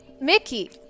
Mickey